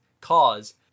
cause